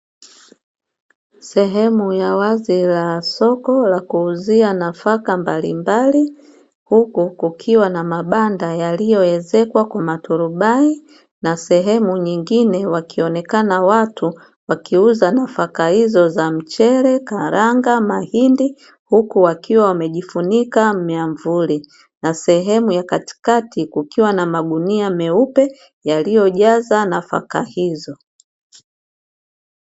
Sehemu ya wazi ya soko la kuuzia nafaka mbalimbali, huko kukiwa na mabanda yaliyoezekwa kuna turubai na sehemu nyingine wakionekana watu wakiuza nafaka hizo; za mchele, karanga, mahindi huku wakiwa wamejifunika miavuli na sehemu ya katikati kukiwa na magunia meupe yaliyojaza nafaka hizo.